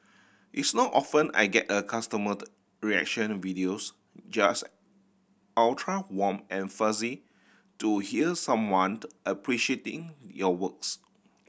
it's not often I get a customer reaction videos just ultra warm and fuzzy to hear someone appreciating your works